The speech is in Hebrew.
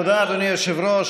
תודה, אדוני היושב-ראש.